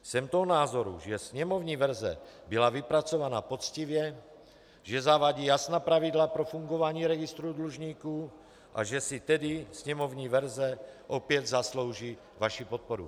Jsem toho názoru, že sněmovní verze byla vypracována poctivě, že zavádí jasná pravidla pro fungování registru dlužníků, a že si tedy sněmovní verze opět zaslouží vaši podporu.